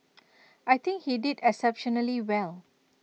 I think he did exceptionally well